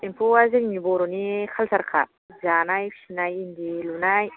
एम्फौआ जोंनि बर'नि काल्सार खा जानाय सुनाय इन्दि लुनाय